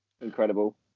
incredible